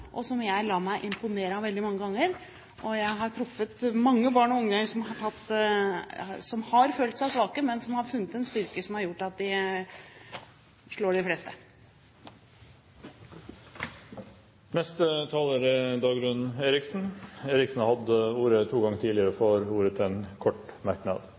og som jeg lar meg imponere av veldig mange ganger. Jeg har truffet mange barn og unge som har følt seg svake, men som har funnet en styrke som har gjort at de slår de fleste. Dagrun Eriksen har hatt ordet to ganger og får ordet til en kort merknad,